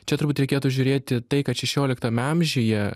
čia turbūt reikėtų žiūrėti tai kad šešioliktame amžiuje